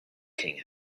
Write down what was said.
king